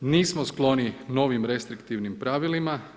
Nismo skloni novim restriktivnim pravilima.